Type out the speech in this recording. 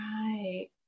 Right